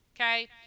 Okay